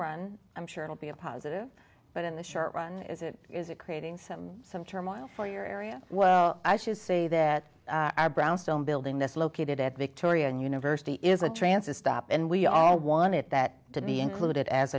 run i'm sure it'll be a positive but in the short run is it creating some some turmoil for your area well i should say that brownstone building that's located at victoria university is a trances stop and we all wanted that to be included as